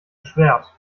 schwert